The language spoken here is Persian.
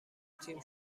تیم